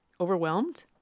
overwhelmed